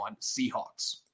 Seahawks